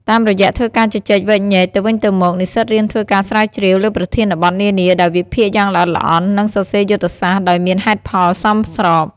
តាមរយៈធ្វើការជជែកវែកញែកទៅវិញទៅមក និស្សិតរៀនធ្វើការស្រាវជ្រាវលើប្រធានបទនានាដោយវិភាគយ៉ាងល្អិតល្អន់ និងសរសេរយុទ្ធសាស្ត្រដោយមានហេតុផលសមស្រប។